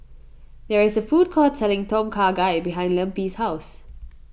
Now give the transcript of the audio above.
there is a food court selling Tom Kha Gai behind Lempi's house